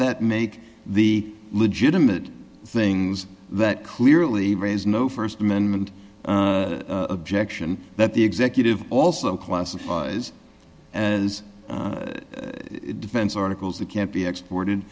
that make the legitimate things that clearly raise no st amendment objection that the executive also classifies as defense articles that can't be exported